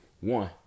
One